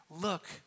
look